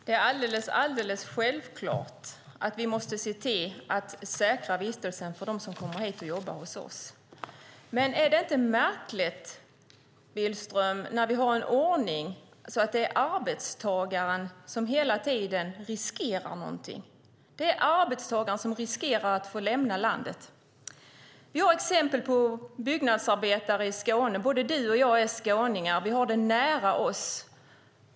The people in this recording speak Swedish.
Herr talman! Det är alldeles självklart att vi måste se till att säkra vistelsen för dem som kommer hit och jobbar hos oss. Men är det inte märkligt, Billström, att vi har en ordning där det är arbetstagaren som hela tiden riskerar någonting? Det är arbetstagaren som riskerar att få lämna landet. Vi har exempel på byggnadsarbetare i Skåne. Både du och jag är skåningar, och vi har det nära oss.